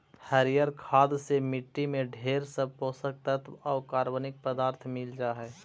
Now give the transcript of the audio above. हरियर खाद से मट्टी में ढेर सब पोषक तत्व आउ कार्बनिक पदार्थ मिल जा हई